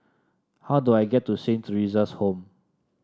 how do I get to Saint Theresa's Home